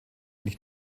nicht